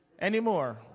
Anymore